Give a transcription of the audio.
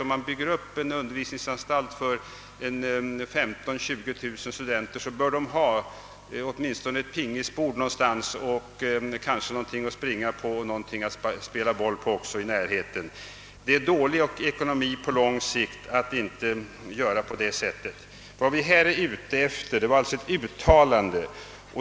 Om man bygger upp en undervisningsanstalt för 15 000—20 000 studenter, bör de ha åtminstone ett pingpongbord — bordtennis som tävlingsidrott — någonstans och kanske också en plats att springa och att spela boll på i närheten. Det är dålig ekonomi på lång sikt att inte ordna med sådant. Vad vi här är ute efter är alltså ett uttalande.